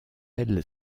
elle